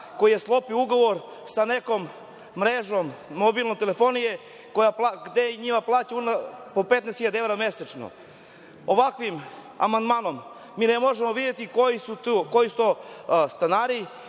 koji je sklopio ugovor sa nekom mrežom mobilne telefonije, gde plaćaju po 15.000 evra mesečno. Ovakvim amandmanom mi ne možemo videti koji su to stanari